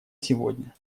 сегодня